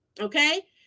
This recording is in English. okay